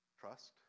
Trust